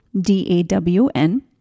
D-A-W-N